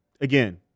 Again